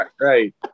Right